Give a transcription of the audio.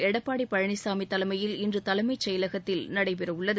எடப்பாடி பழனிசாமி தலைமையில் இன்று தலைமைச் செயலகத்தில் நடைபெறவுள்ளது